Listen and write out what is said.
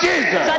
Jesus